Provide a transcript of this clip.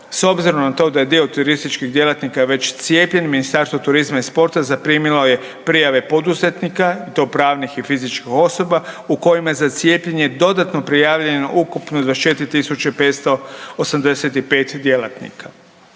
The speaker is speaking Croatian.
S obzirom na to da je dio turističkih djelatnika već cijepljen Ministarstvo turizma i sporta zaprimilo je prijave poduzetnika i to pravnih i fizičkih osoba u kojima je za cijepljenje dodatno prijavljeno ukupno 24 tisuće 585 djelatnika.